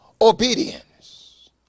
obedience